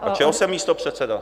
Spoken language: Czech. A čeho jsem místopředseda?